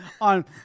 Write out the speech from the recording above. on